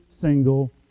single